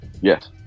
yes